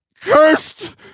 cursed